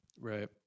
right